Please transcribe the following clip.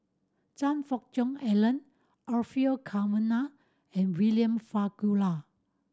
Choe Fook Cheong Alan Orfeur Cavenagh and William Farquhar